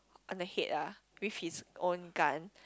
on the head lah with his own gun